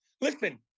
Listen